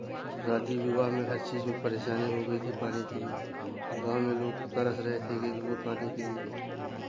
शादी विवाह में हर चीज़ में परेशानी हो गई थी पानी के लिए गाँव में लोग तरस रहे थे एक बूंद पानी के लिए